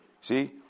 See